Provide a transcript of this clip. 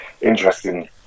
interesting